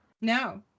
No